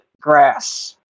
grass